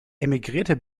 emigrierte